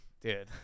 Dude